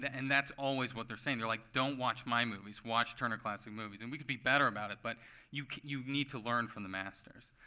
and that's always what they're saying. they're like, don't watch my movies, watch turner classic movies. and we could be better about it. but you you need to learn from the masters.